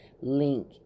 link